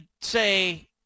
say